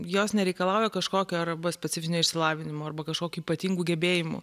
jos nereikalauja kažkokio arba specifinio išsilavinimo arba kažkokių ypatingų gebėjimų